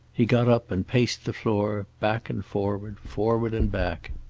he got up and paced the floor back and forward, forward and back.